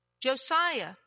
Josiah